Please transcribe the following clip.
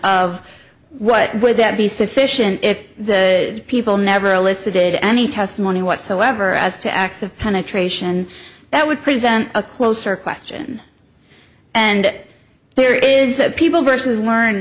of what would that be sufficient if the people never elicited any testimony whatsoever as to acts of penetration that would present a closer question and it there is a people versus learn